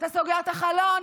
אתה סוגר את החלון,